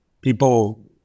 People